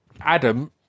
Adam